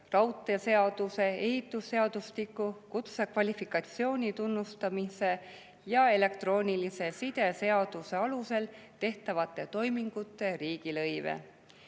raudteeseaduse, ehitusseadustiku, kutsekvalifikatsiooni tunnustamise ja elektroonilise side seaduse alusel tehtavate toimingute riigilõive.